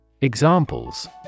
Examples